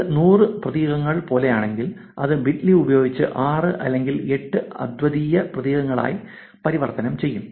ഇത് 100 പ്രതീകങ്ങൾ പോലെയാണെങ്കിൽ അത് ബിറ്റ്ലി ഉപയോഗിച്ച് 6 അല്ലെങ്കിൽ 8 അദ്വിതീയ പ്രതീകങ്ങളായി പരിവർത്തനം ചെയ്യും